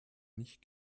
nicht